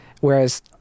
whereas